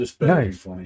nice